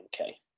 Okay